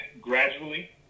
gradually